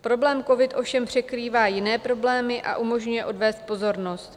Problém covid ovšem překrývá jiné problémy a umožňuje odvést pozornost.